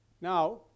Now